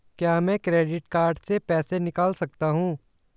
क्या मैं credit card से पैसे निकाल सकता हूँ?